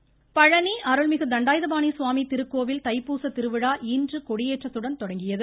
கோவில் பழனி அருள்மிகு தண்டாயுதபாணி சுவாமி திருக்கோவில் தைப்பூச திருவிழா இன்று கொடியேற்றத்துடன் தொடங்குகிறது